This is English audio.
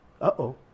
Uh-oh